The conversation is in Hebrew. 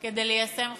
כדי ליישם חזון,